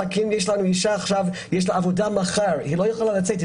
יש לנו אישה שיש לה עבודה מחר אבל היא לא יכולה לצאת כי